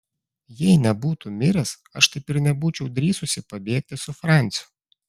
jei nebūtų miręs aš taip ir nebūčiau drįsusi pabėgti su franciu